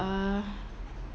uh